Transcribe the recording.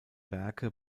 werke